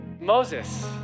Moses